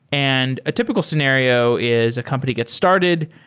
and a typical scenario is a company gets started,